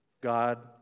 God